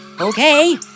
okay